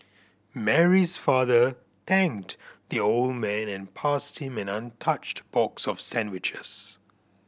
Mary's father thanked the old man and passed him an untouched box of sandwiches